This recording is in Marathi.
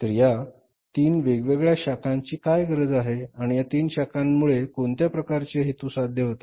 तर या तीन वेगवेगळ्या शाखांची काय गरज आहे आणि या तीन शाखांमुळे कोणत्या प्रकारचे हेतू साध्य होतात